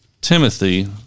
Timothy